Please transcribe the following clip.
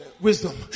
wisdom